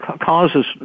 causes